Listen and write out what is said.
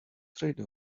trade